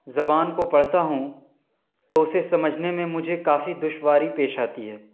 زبان کو پڑھتا ہوں تو اسے سمجھنے میں مجھے کافی دشواری پیش آتی ہے